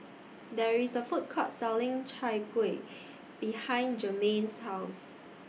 There IS A Food Court Selling Chai Kuih behind Jermain's House